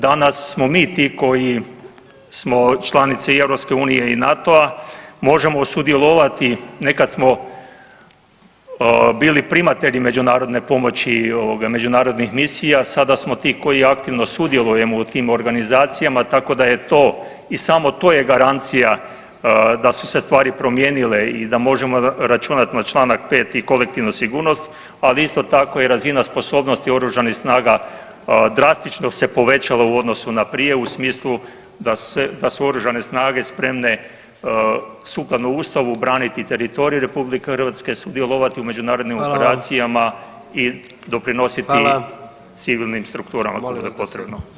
Danas smo mi ti koji smo članica i EU i NATO-a možemo sudjelovati, nekad smo bili primatelji međunarodne pomoći i ovoga međunarodnih misija, sada smo ti koji aktivno sudjelujemo u tim organizacijama tako da je to i samo to je garancija da su se stvari promijenile i da možemo računati na Članak 5. i kolektivnu sigurnost, ali isto tako i razina sposobnosti oružanih snaga drastično se povećala u odnosu na prije u smislu da se, da su Oružane snage spremne sukladno Ustavu braniti teritorij RH, sudjelovati u međunarodnim [[Upadica: Hvala vam.]] operacijama i doprinositi [[Upadica: Hvala.]] civilnim strukturama ako bude potrebno.